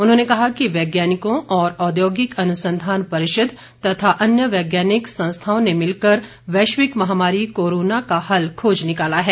उन्होंने कहा कि वैज्ञानिकों और औद्योगिक अनुसंधान परिषद तथा अन्य वैज्ञानिक संस्थाओं ने मिलकर वैश्विक महामारी कोरोना का हल खोज निकाला है